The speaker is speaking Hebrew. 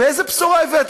ואיזו בשורה הבאת?